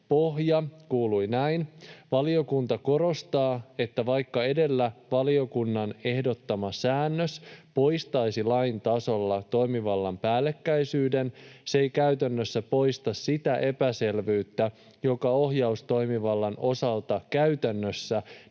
pohja kuului näin: ”Valiokunta korostaa, että vaikka edellä valiokunnan ehdottama säännös poistaisi lain tasolla toimivallan päällekkäisyyden, se ei käytännössä poista sitä epäselvyyttä, joka ohjaustoimivallan osalta käytännössä